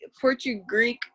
Portuguese